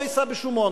לא יישא בשום עונש.